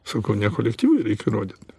sakau ne kolektyvui reikia įrodyt